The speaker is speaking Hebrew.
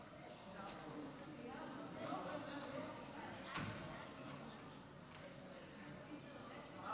הכנסת, להלן תוצאות ההצבעה: 47